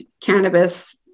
cannabis